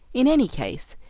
in any case,